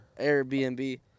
Airbnb